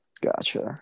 Gotcha